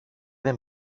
δεν